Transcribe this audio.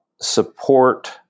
support